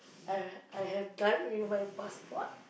I I have done with my passport